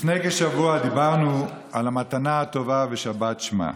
לפני כשבוע דיברנו על המתנה הטובה, שבת שמה.